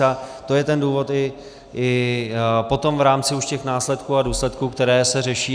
A to je ten důvod i potom v rámci už těch následků a důsledků, které se řeší.